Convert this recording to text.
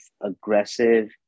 aggressive